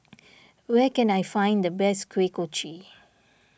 where can I find the best Kuih Kochi